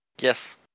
yes